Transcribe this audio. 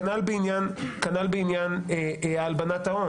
כנ"ל בעניין הלבנת ההון.